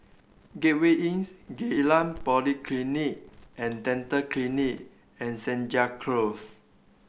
Gateway Inn Geylang Polyclinic And Dental Clinic and Senja Close